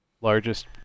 largest